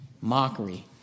mockery